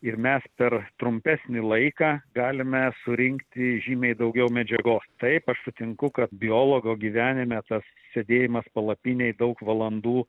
ir mes per trumpesnį laiką galime surinkti žymiai daugiau medžiagos taip aš sutinku kad biologo gyvenime tas sėdėjimas palapinėj daug valandų